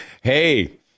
Hey